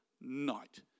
night